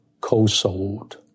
co-sold